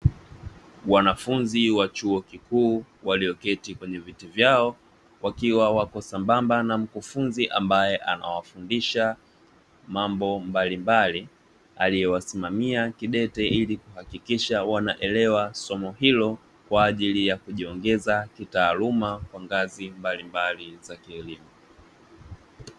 Wanafunzi wa chuo kikuu walioketi kwenye viti vyao wakiwa wapo sambamba na mkufunzi ambaye anawafundisha mambo mbalimbali aliye wasimamia kidete ili kuhakikisha wanaelewa somo hilo kwaajili ya kujiongeza kitaaluma na kazi mbalimbali za kielimu.